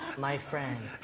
my friends,